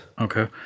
Okay